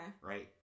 right